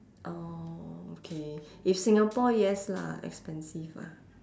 orh okay if singapore yes lah expensive ah